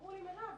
אמרו לי: מירב,